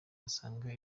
basanga